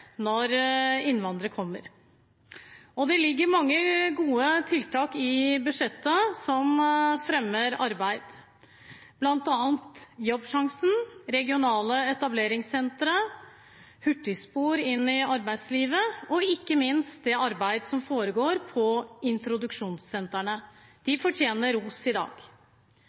når innvandrere kommer. Det ligger mange gode tiltak i budsjettet, som fremmer arbeid, bl.a. Jobbsjansen, regionale etableringssentre, hurtigspor inn i arbeidslivet og ikke minst det arbeid som foregår på introduksjonssentrene. De fortjener ros i dag.